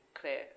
clear